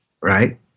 Right